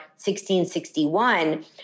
1661